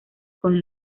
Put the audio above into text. con